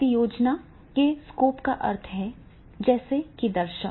परियोजना के स्कोप का अर्थ है जैसे कि दर्शक